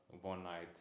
one-night